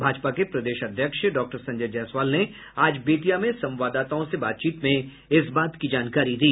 भाजपा के प्रदेश अध्यक्ष डॉक्टर संजय जयसवाल ने आज बेतिया में संवाददाताओं से बातचीत में इस बात की जानकारी दी